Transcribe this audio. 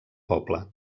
poble